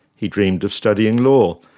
he dreamed of studying law,